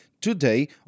today